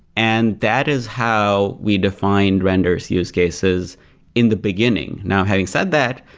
and that is how we define render s use case is in the beginning. now having said that,